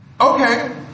okay